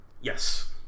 Yes